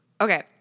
Okay